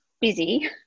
busy